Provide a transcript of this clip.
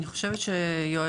אני חושבת שיואל,